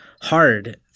hard